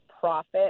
profit